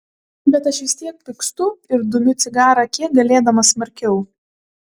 bet aš vis tiek pykstu ir dumiu cigarą kiek galėdamas smarkiau